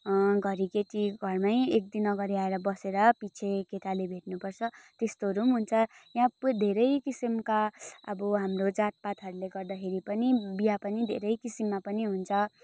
घरि केटी घरमै एकदिन अगाडि आएर बसेर पछि केटाले भेट्नुपर्छ त्यस्तोहरू पनि हुन्छ यहाँ धेरै किसिमका अब हाम्रो जातपातहरूले गर्दाखेरि पनि बिहा पनि धेरै किसिममा पनि हुन्छ